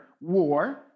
war